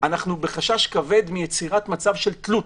אנחנו בחשש כבד מיצירת מצב של תלות.